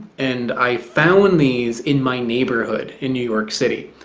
and i found these in my neighborhood in new york city.